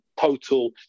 total